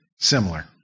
Similar